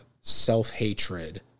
self-hatred